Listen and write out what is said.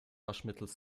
waschmittels